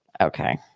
Okay